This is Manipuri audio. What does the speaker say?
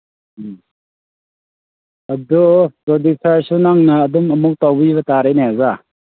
ꯎꯝ ꯑꯗꯨ ꯄ꯭ꯔꯣꯗ꯭ꯌꯨꯁꯔꯁꯤ ꯅꯪꯅ ꯑꯗꯨꯝ ꯑꯃꯨꯛ ꯇꯧꯕꯤꯕ ꯇꯥꯔꯦꯅꯦ ꯑꯣꯖꯥ